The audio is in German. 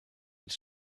als